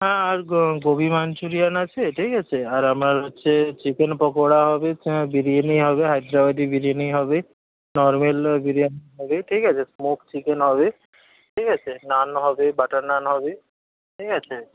হ্যাঁ আর Gobi Manchurian আছে ঠিক আছে আর আপনার হচ্ছে চিকেন পকোড়া হবে বিরিয়ানি হবে হায়দ্রাবাদি বিরিয়ানি হবে নর্মাল বিরিয়ানি হবে ঠিক আছে স্মোক চিকেন হবে ঠিক আছে নান হবে বাটার নান হবে ঠিক আছে